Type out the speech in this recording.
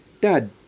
Dad